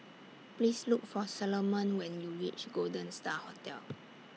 Please Look For Salomon when YOU REACH Golden STAR Hotel